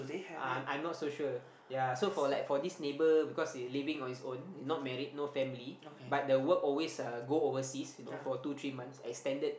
uh I'm not so sure ya so for like for this neighbour because he living on his own he's not married no family but the work always uh go overseas you know for two three months extended